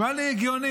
נשמע לי הגיוני.